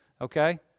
Okay